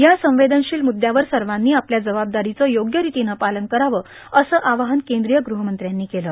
या संवेदनशील मुद्यावर सर्वांनी आपल्या जबाबदारीचं योग्यरितीनं पालन करावं असं आवाहन केंद्रीय गृहमंत्र्यांनी केलं